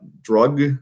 drug